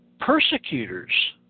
persecutors